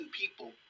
people